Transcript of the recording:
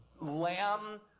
lamb